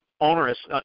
onerous